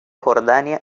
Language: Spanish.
jordania